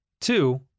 Two